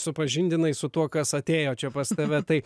supažindinai su tuo kas atėjo čia pas tave tai